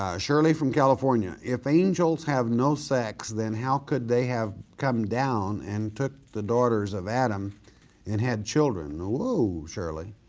ah shirley from california, if angels have no sex, then how could they have come down and took the daughters of adam and had children? whoa shirley,